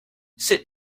sit